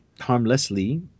Harmlessly